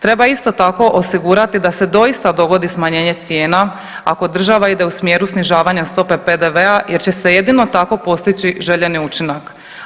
Treba isto tako osigurati da se doista dogodi smanjenje cijena, ako država ide u smjeru snižavanja stope PDV-a jer će se jedino tako postići željeni učinak.